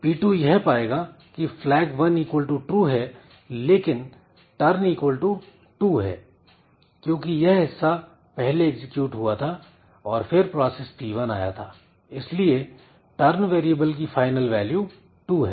P2 यह पाएगा कि flag1 true है लेकिन turn 2 है क्योंकि यह हिस्सा पहले एक्जिक्यूट हुआ था और फिर प्रोसेस P1 आया था इसलिए turn वेरिएबल की फाइनल वैल्यू 2 है